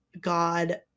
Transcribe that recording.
God